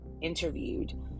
interviewed